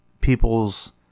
people's